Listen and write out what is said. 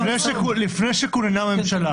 לפני שכוננה ממשלה.